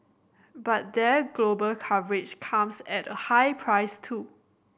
but their global coverage comes at a high price too